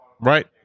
Right